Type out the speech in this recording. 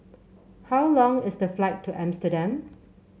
how long is the flight to Amsterdam